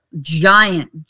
giant